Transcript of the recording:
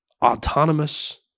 autonomous